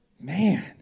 Man